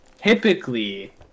typically